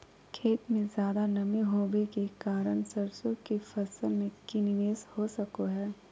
खेत में ज्यादा नमी होबे के कारण सरसों की फसल में की निवेस हो सको हय?